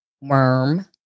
worm